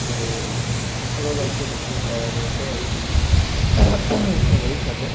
তো ভালো লাগত দেখে তাই আমি এটাই আর কি সবারই সাথে